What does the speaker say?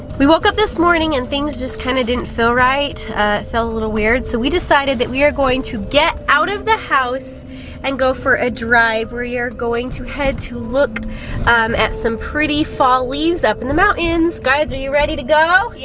we woke up this morning and things just kinda didn't feel right. it felt a little weird so we decided that we are going to get out of the house and go for a drive. we are going to head to look at some pretty fall leaves up in the mountains. guys, are you ready to go? yeah